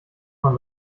man